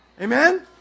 Amen